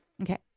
Okay